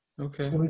Okay